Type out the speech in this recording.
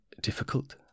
difficult